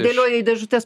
dėlioja į dėžutes